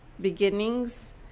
beginnings